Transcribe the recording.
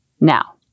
Now